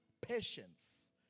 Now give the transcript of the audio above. Patience